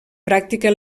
practica